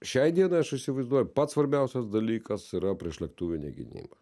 šiai dienai aš įsivaizduoju pats svarbiausias dalykas yra priešlėktuvinė gynyba